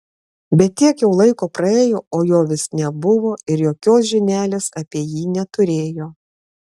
bet tiek jau laiko praėjo o jo vis nebuvo ir jokios žinelės apie jį neturėjo